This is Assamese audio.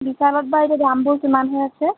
বিশালত বা এতিয়া দামবোৰ কিমান হৈ আছে